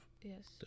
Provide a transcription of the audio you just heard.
Yes